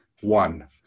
one